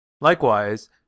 Likewise